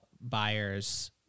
buyers